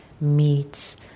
meets